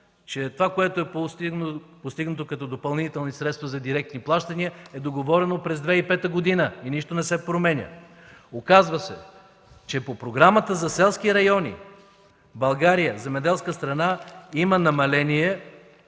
че това, което е постигнато като допълнителни средства за директни плащания, е договорено през 2005 г. и нищо не се променя! Оказва се, че по Програмата за селските райони България – земеделска страна, има намаление: